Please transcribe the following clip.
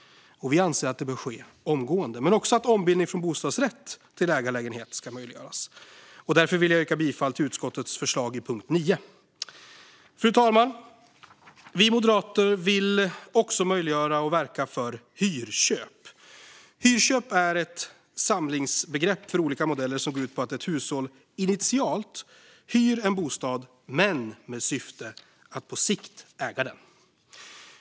Vi anser att det bör ske omgående, men också att ombildning från bostadsrätt till ägarlägenhet ska möjliggöras. Därför yrkar jag bifall till utskottets förslag under punkt 9. Fru talman! Vi moderater vill också möjliggöra och verka för hyrköp. Hyrköp är ett samlingsbegrepp för olika modeller som går ut på att ett hushåll initialt hyr en bostad med syftet att på sikt äga den.